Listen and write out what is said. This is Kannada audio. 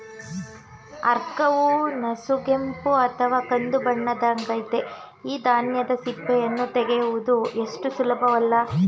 ಆರ್ಕವು ನಸುಗೆಂಪು ಅಥವಾ ಕಂದುಬಣ್ಣದ್ದಾಗಯ್ತೆ ಈ ಧಾನ್ಯದ ಸಿಪ್ಪೆಯನ್ನು ತೆಗೆಯುವುದು ಅಷ್ಟು ಸುಲಭವಲ್ಲ